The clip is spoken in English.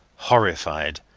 horrified,